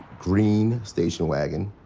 green station wagon.